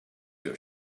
your